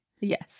Yes